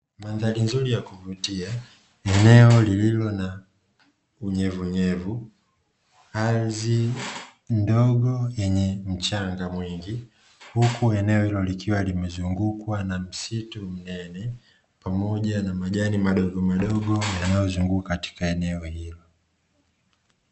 Mandhari nzuri ya kuvutia eneo lililo na unyevuunyevu , ardhi ndogo yenye mchanga mwingi, huku eneo hilo likiwa limezungukwa na msitu mnene, pamoja na majani madogo madogo yanayozunguka katika eneo hilo.